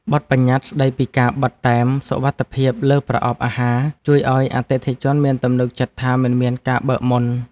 បទប្បញ្ញត្តិស្ដីពីការបិទតែមសុវត្ថិភាពលើប្រអប់អាហារជួយឱ្យអតិថិជនមានទំនុកចិត្តថាមិនមានការបើកមុន។